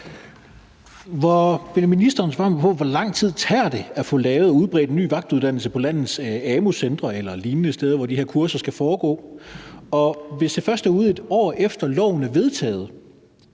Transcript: (LA): Vil ministeren svare mig på: Hvor lang tid tager det at få lavet og udbredt en ny vagtuddannelse på landets amu-centre eller lignende steder, hvor de her kurser skal foregå? Hvis de først er ude, et år efter loven er vedtaget,